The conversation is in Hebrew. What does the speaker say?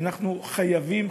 ואנחנו חייבים,